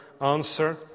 answer